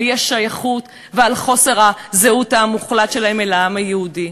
האי-שייכות ועל חוסר הזהות המוחלט שלהם לעם היהודי.